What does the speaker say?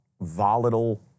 volatile